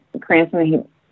Cranston